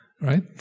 right